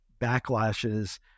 backlashes